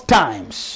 times